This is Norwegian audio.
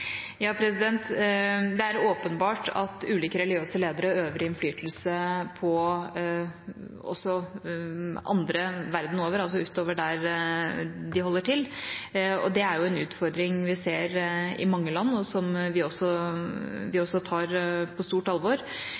Det er åpenbart at ulike religiøse ledere øver innflytelse også på andre verden over, altså utover der de holder til. Det er en utfordring vi ser i mange land, og som vi også tar på stort alvor.